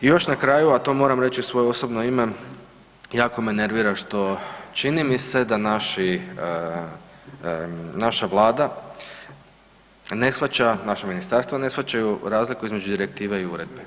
I još na kraju, a to moram reći u svoje osobno ime, jako me nervira što čini mi se da naša Vlada ne shvaća, naše ministarstvo ne shvaćaju razliku između direktive i uredbe.